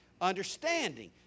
Understanding